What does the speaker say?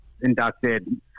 inducted